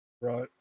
Right